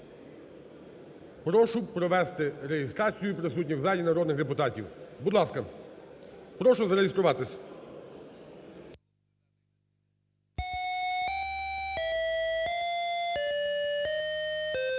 прошу провести реєстрацію присутніх у залі народних депутатів. Будь ласка, прошу зареєструватись. 10:06:49 В залі